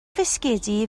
fisgedi